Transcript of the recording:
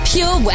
Pure